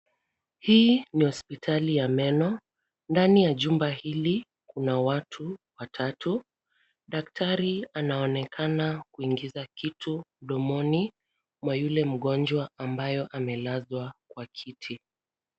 Hii ni hospitali ya meno. Ndani ya jumba hili kuna watu watatu. Daktari anaonekana kuingiza kitu domoni mwa yule mgonjwa ambaye amelazwa kwa kiti.